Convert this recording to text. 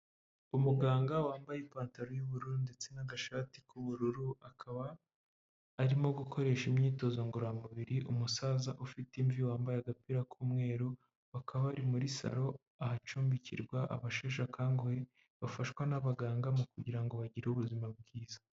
Umuganga wambaye ipantaro y'ubururu ndetse n'agashati k'ubururu, akaba arimo gukoresha imyitozo ngororamubiri umusaza ufite imvi wambaye agapira k'umweru, bakaba ari muri saro ahacumbikirwa abasheshe akanguhe bafashwa n'abaganga, mu kugira ngo bagire ubuzima bwiza.